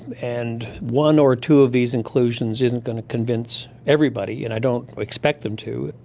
and one or two of these inclusions isn't going to convince everybody and i don't expect them to.